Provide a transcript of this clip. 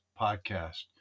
Podcast